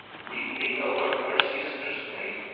weeping o'er her sister's fate,